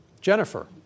Jennifer